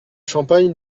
champagne